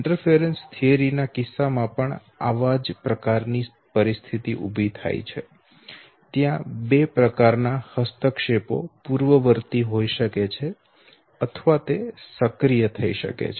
દખલ થીયરી ના કિસ્સામાં પણ આવી જ પ્રકારની પરિસ્થિતિ ઉભી થાય છે ત્યાં બે પ્રકારના હસ્તક્ષેપો પૂર્વવર્તી હોઈ શકે છે અથવા તે સક્રિય થઈ શકે છે